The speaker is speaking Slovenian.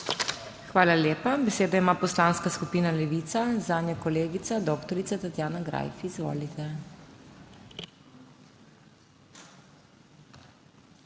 Hvala lepa. Besedo ima Poslanska skupina Levica, zanjo kolegica doktorica Tatjana Greif. Izvolite.